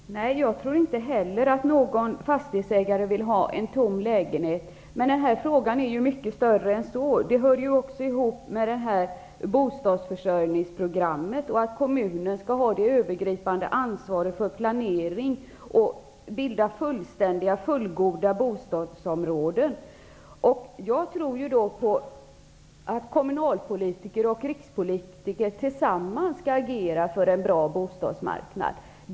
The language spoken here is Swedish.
Herr talman! Jag tror inte heller att någon fastighetsägare vill ha tomma lägenheter. Men denna fråga är mycket större än så. Det hör också ihop med bostadsförsörjningsprogrammet och att kommunen skall ha det övergripande ansvaret för planering och bilda fullständiga, fullgoda bostadsområden. jag tror att kommunalpolitiker och rikspolitiker tillsammans skall agera för en bra bostadsmarknad.